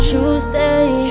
Tuesday